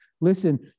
listen